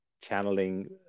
channeling